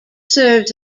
serves